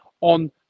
on